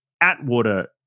Atwater